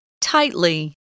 Tightly